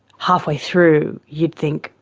halfway through you'd think,